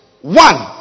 one